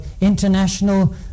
international